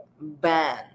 ban